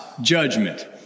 judgment